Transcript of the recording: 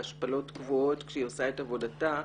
בהשפלות קבועות כשהיא עושה את עבודתה.